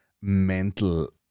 mental